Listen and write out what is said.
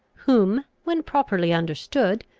whom, when properly understood,